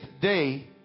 day